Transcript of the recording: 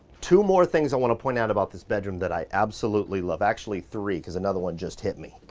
two more things i wanna point out about this bedroom that i absolutely love. actually, three cause another one just hit me.